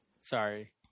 Sorry